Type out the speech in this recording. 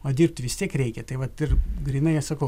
o dirbti vis tiek reikia tai vat ir grynai aš sakau